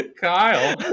Kyle